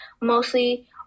mostly